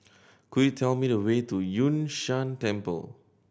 could you tell me the way to Yun Shan Temple